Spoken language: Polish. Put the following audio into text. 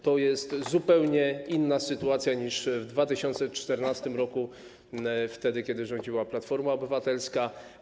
To jest zupełnie inna sytuacja niż w 2014 r., wtedy kiedy rządziła Platforma Obywatelska.